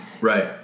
Right